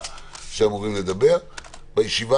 יש לי